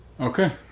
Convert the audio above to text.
okay